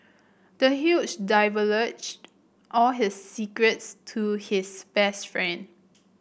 the huge divulged all his secrets to his best friend